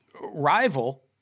rival